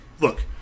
Look